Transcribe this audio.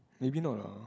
maybe not lah ah